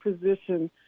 position